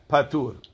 Patur